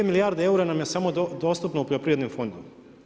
2 milijarde eura, nam je samo dostupno u poljoprivrednim fondovima.